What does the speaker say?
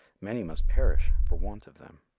many must perish for want of them.